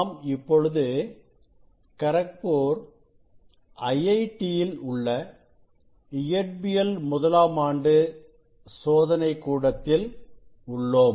நாம் இப்பொழுது கரக்பூர் ஐஐடி யில் உள்ள இயற்பியல் முதலாம் ஆண்டு சோதனைக் கூடத்தில் உள்ளோம்